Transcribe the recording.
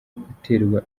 uterwa